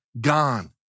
gone